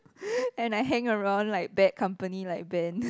and I hang around like bad company like Ben